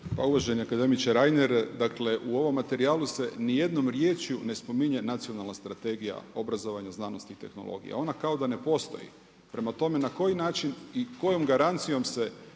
Uvaženi akademiče Reiner, dakle u ovom materijalu se ni jednom riječju ne spominje Nacionalna strategija obrazovanja, znanosti i tehnologije. Ona kao da ne postoji. Prema tome na koji način i kojom garancijom se